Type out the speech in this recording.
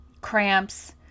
cramps